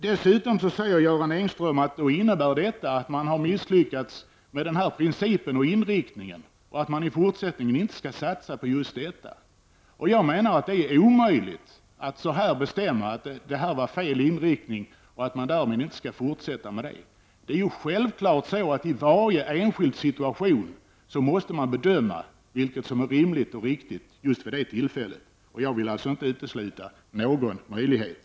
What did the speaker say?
Dessutom säger Göran Engström att detta innebär att man har misslyckats med principen och inriktningen och att man i fortsättningen inte skall satsa på just detta. Jag menar att det är omöjligt att här bestämma att detta var fel inriktning och att man därmed inte skall fortsätta med den. Man måste självfallet i varje enskild situation bedöma vad som är rimligt och riktigt just vid det tillfället, och jag vill inte utesluta någon möjlighet.